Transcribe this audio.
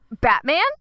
Batman